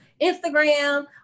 Instagram